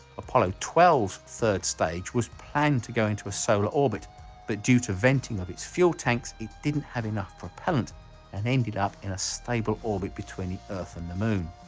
apollo twelve third stage was planned to go into a solar orbit but due to venting of his fuel tanks it didn't have enough propellant and ended up in a stable orbit between the earth and the moon.